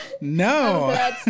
no